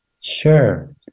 Sure